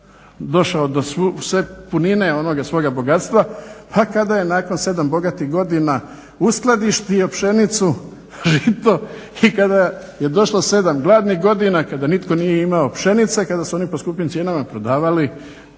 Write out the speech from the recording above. došao do punine onoga svoga bogatstva, pa kada je nakon 7 bogatih godina uskladištio pšenicu, žito i kada je došlo 7 gladnih godina, kada nitko nije imao pšenice, kada su oni po skupim cijenama prodavali